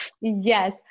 Yes